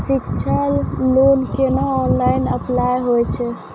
शिक्षा लोन केना online apply होय छै?